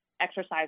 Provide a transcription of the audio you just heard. exercise